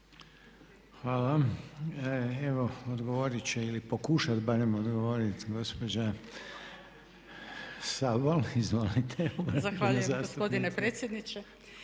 Hvala. Evo odgovorit će, ili pokušati barem odgovoriti, gospođa Sobol. Izvolite. **Sobol, Gordana (SDP)** Zahvaljujem gospodine predsjedniče.